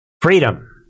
freedom